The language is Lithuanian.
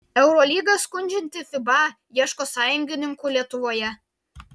eurolygą skundžianti fiba ieško sąjungininkų lietuvoje